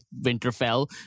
Winterfell